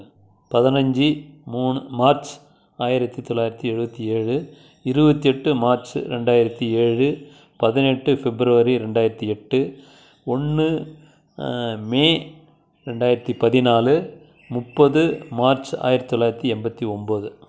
பதினஞ்சு மூணு மார்ச் ஆயிரத்தி தொளாயிரத்தி எழுபத்திஏழு இருபத்தெட்டு மார்ச்சு ரெண்டாயிரத்திஏழு பதினெட்டு பிப்ரவரி ரெண்டாரத்திஎட்டு ஒன்று மே ரெண்டாயிரத்தி பதிநாலு முப்பது மார்ச் ஆயிரத்தி தொள்ளாயிரத்தி எண்பத்தி ஒம்பது